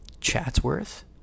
Chatsworth